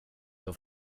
har